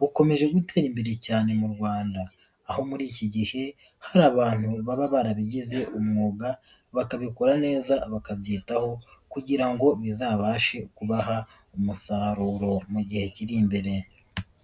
bukomeje gutera imbere cyane mu Rwanda, aho muri iki gihe hari abantu baba barabigize umwuga, bakabikora neza bakabyitaho kugira ngo bizabashe kubaha umusaruro mu gihe kiri imbere.